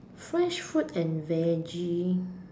fresh fruit and veggie